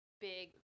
big